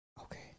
Okay